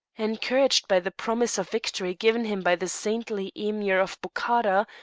encouraged by the promise of victory given him by the saintly emir of bokhara,